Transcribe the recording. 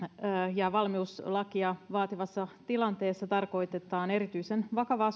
ja valmiuslakia vaativalla tilanteella tarkoitetaan erityisen vakavaa